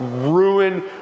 ruin